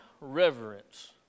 reverence